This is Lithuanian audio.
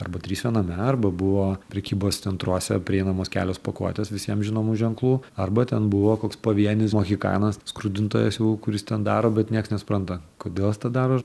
arba trys viename arba buvo prekybos centruose prieinamos kelios pakuotės visiems žinomų ženklų arba ten buvo koks pavienis mohikanas skrudintojas jau kuris ten daro bet nieks nesupranta kodėl jis tą daro